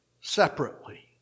separately